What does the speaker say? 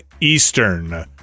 Eastern